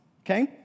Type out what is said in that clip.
Okay